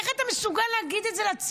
איך אתה מסוגל להגיד את זה לציבור?